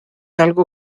algo